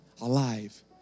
alive